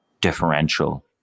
differential